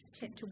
chapter